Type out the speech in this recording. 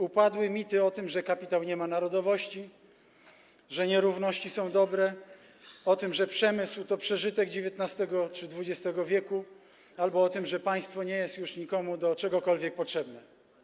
Upadły mity o tym, że kapitał nie ma narodowości, że nierówności są dobre, o tym, że przemysł to przeżytek XIX czy XX w., albo o tym, że państwo nie jest już nikomu do czegokolwiek potrzebne.